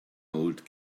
old